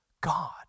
God